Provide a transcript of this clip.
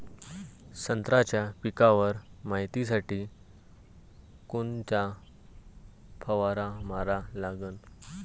संत्र्याच्या पिकावर मायतीसाठी कोनचा फवारा मारा लागन?